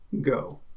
go